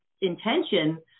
intention